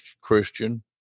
Christian